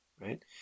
right